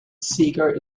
seeger